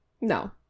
No